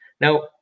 Now